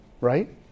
right